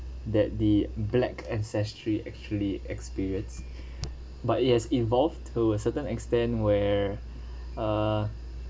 that the black ancestry actually experience but it has evolved to a certain extent where uh